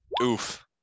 Oof